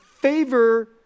favor